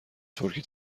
ترکی